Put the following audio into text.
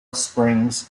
springs